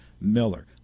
Miller